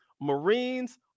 Marines